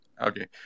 Okay